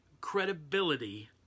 credibility